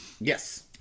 Yes